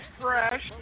fresh